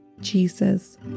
Jesus